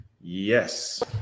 Yes